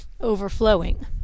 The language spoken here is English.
overflowing